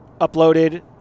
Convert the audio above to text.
uploaded